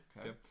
Okay